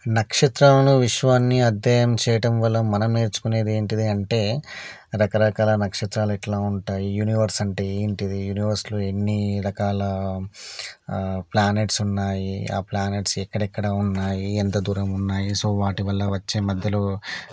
నక్షత్రాలను విశ్వాన్ని అధ్యయనం చేయటం వల్ల మనం నేర్చుకునేది ఏంటి అంటే రకరకాల నక్షత్రాలు ఎట్లా ఉంటాయి యూనివర్స్ అంటే ఏంటి యూనివర్స్లో ఎన్ని రకాల ప్లానెట్స్ ఉన్నాయి ఆ ప్లానెట్స్ ఎక్కడెక్కడ ఉన్నాయి ఎంత దూరం ఉన్నాయి సో వాటి వల్ల వచ్చే మధ్యలో